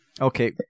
Okay